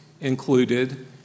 Included